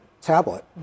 tablet